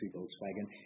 Volkswagen